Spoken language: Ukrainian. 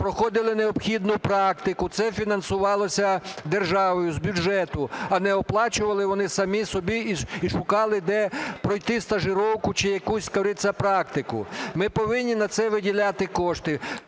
проходили необхідну практику, це фінансувалося державою з бюджету, а не оплачували вони самі собі і шукали, де пройти стажировку чи якусь, как говориться, практику. Ми повинні на це виділяти кошти,